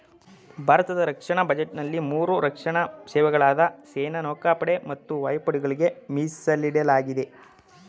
ಭಾರತದ ರಕ್ಷಣಾ ಬಜೆಟ್ನಲ್ಲಿ ಮೂರು ರಕ್ಷಣಾ ಸೇವೆಗಳಾದ ಸೇನೆ ನೌಕಾಪಡೆ ಮತ್ತು ವಾಯುಪಡೆಗಳ್ಗೆ ಮೀಸಲಿಡಲಾಗಿದೆ